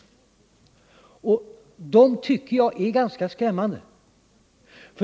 Jag tycker att dessa uttalanden är ganska skrämmande.